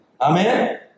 Amen